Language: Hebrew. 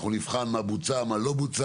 אנחנו נבחן מה בוצע, מה לא בוצע.